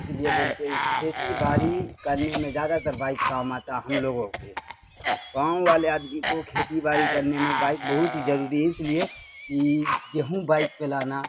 اس لیے بولتے ہیں کھیتی باڑی کرنے میں زیادہ تر بائک کام آتا ہم لوگوں کے گاؤں والے آدمی کو کھیتی باڑی کرنے میں بائک بہت ہی ضروری ہے اس لیے کہ گیہوں بائک پہ لانا